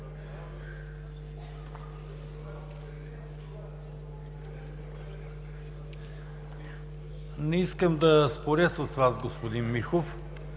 Не искам да споря с Вас, господин Михов,